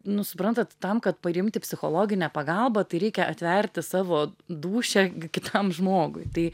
nu suprantat tam kad parimti psichologinę pagalbą tai reikia atverti savo dūšią kitam žmogui tai